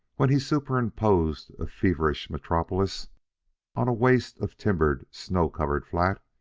when he superimposed a feverish metropolis on a waste of timbered, snow-covered flat,